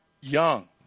young